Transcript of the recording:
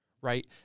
right